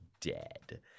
dead